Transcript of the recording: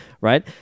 right